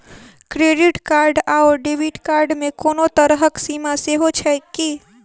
Credit card आओर debit card मे कोनो तरहक सीमा सेहो छैक की?